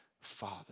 Father